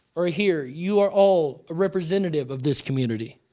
or here you are all a representative of this community.